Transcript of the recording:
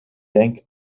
denk